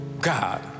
God